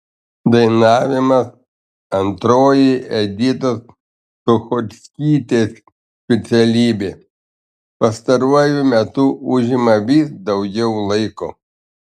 dainavimas antroji editos suchockytės specialybė pastaruoju metu užima vis daugiau laiko